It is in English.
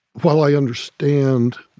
while i understand